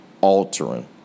altering